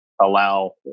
allow